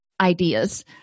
ideas